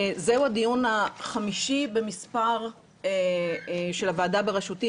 זהו הדיון החמישי במספר של הוועדה בראשותי,